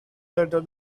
later